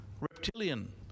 reptilian